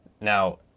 Now